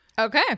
Okay